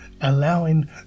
allowing